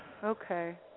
Okay